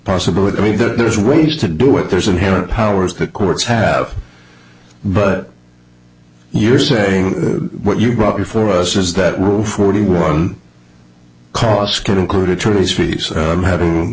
possibility i mean there's ways to do it there's an inherent powers the courts have but you're saying what you brought before us is that rule forty one costs could include attorneys fees so i'm having